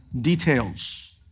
details